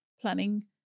planning